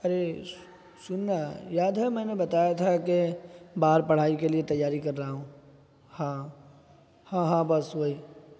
ارے سن نا یاد ہے میں نے بتایا تھا کہ باہر پڑھائی کے لیے تیاری کر رہا ہوں ہاں ہاں ہاں بس وہی